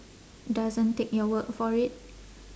doesn't take your word for it